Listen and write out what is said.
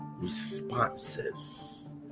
responses